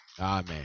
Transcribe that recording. Amen